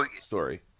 story